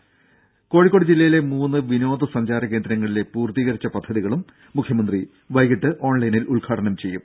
രും കോഴിക്കോട് ജില്ലയിലെ മൂന്ന് വിനോദ സഞ്ചാര കേന്ദ്രങ്ങളിലെ പൂർത്തീകരിച്ച പദ്ധതികളും മുഖ്യമന്ത്രി പിണറായി വിജയൻ വൈകീട്ട് ഓൺലൈനിൽ ഉദ്ഘാടനം ചെയ്യും